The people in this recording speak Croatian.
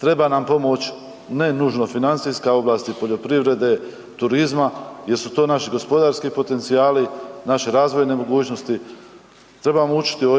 treba nam pomoć ne nužno financijska, ovlasti poljoprivrede, turizma jer su to naši gospodarski potencijali, naše razvojne mogućnosti, trebamo učiti o